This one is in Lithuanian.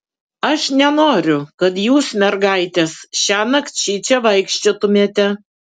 aš nenoriu kad jūs mergaitės šiąnakt šičia vaikščiotumėte